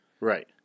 Right